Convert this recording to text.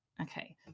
Okay